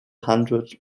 hundred